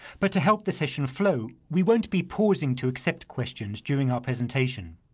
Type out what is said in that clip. but to help the session flow, we won't be pausing to accept questions during our presentation.